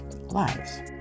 lives